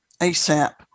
ASAP